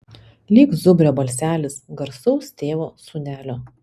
lyg zubrio balselis garsaus tėvo sūnelio